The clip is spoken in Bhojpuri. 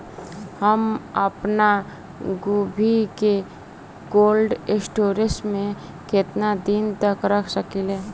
हम आपनगोभि के कोल्ड स्टोरेजऽ में केतना दिन तक रख सकिले?